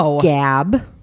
gab